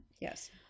Yes